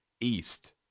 east